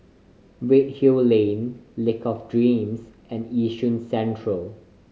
Redhill Lane Lake of Dreams and Yishun Central